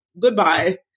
goodbye